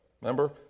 Remember